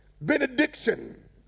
benediction